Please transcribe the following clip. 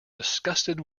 disgusted